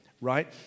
right